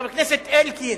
חבר הכנסת אלקין,